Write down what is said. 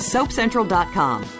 SoapCentral.com